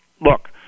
look